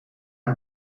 een